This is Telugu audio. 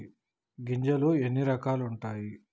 గింజలు ఎన్ని రకాలు ఉంటాయి?